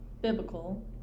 biblical